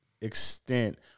extent